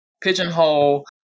pigeonhole